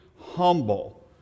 humble